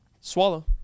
Swallow